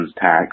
tax